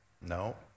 No